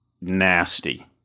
nasty